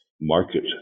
market